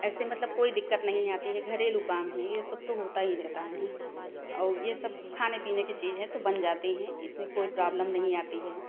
ऐसे मतलब कोई दिक्कत नहीं आती है घरेलू काम हैं यह सब तो होता ही रहता हैं और यह सब खाने पीने की चीज़ है तो बन जाती हैं इसमें कोई प्रॉब्लम नहीं आती हैं